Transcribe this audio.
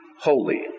holy